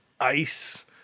ice